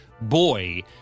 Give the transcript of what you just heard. boy